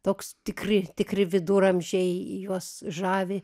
toks tikri tikri viduramžiai juos žavi